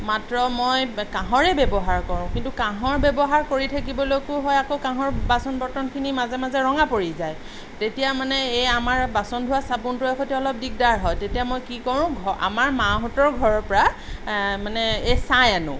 মাত্ৰ মই কাঁহৰে ব্যৱহাৰ কৰোঁ কিন্তু কাঁহৰ ব্যৱহাৰ কৰি থাকিবলৈকো হয় আকৌ কাঁহৰ বাচন বৰ্তনখিনি মাজে মাজে ৰঙা পৰি যায় তেতিয়া মানে এই আমাৰ বাচনধোৱা চাবোনটোৰে সৈতে অলপ দিগদাৰ হয় তেতিয়া মই কি কৰোঁ ঘ আমাৰ মাহঁতৰ ঘৰৰ পৰা এই মানে ছাঁই আনোঁ